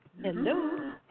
Hello